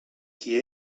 qui